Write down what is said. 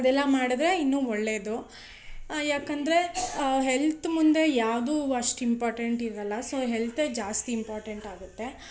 ಅದೆಲ್ಲ ಮಾಡಿದ್ರೆ ಇನ್ನು ಒಳ್ಳೆಯದು ಯಾಕಂದರೆ ಹೆಲ್ತ್ ಮುಂದೆ ಯಾವುದು ಅಷ್ಟು ಇಂಪಾರ್ಟೆಂಟ್ ಇರೋಲ್ಲ ಸೋ ಹೆಲ್ತೆ ಜಾಸ್ತಿ ಇಂಪಾರ್ಟೆಂಟ್ ಆಗುತ್ತೆ